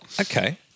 okay